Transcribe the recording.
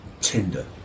Tinder